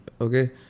Okay